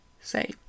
Say